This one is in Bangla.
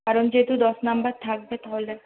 কারন যেহেতু দশ নম্বর থাকবে তাহলে